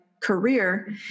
career